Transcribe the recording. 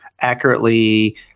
accurately